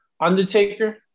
Undertaker